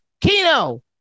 kino